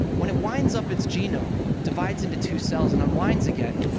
when it winds up its genome, divides into two cells and unwinds again,